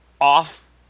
off